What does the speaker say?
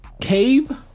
Cave